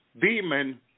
demon